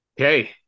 Okay